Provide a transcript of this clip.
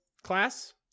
Class